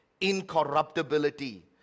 Incorruptibility